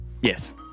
Yes